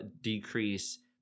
decrease